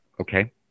Okay